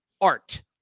art